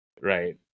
Right